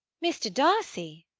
mr. darcy!